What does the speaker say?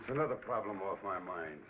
it's another problem of my mind